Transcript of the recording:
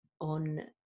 on